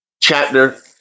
Chapter